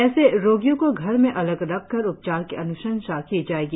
ऐसे रोगियों को घर में अलग रखकर उपचार की अन्शंसा की जाएगी